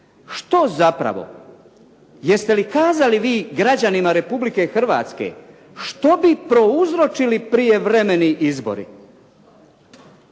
Što zapravo, jeste li kazali vi građanima Republike Hrvatske što bi prouzročili prijevremeni izbori?